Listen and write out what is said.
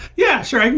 yeah, sure.